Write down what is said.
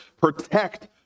protect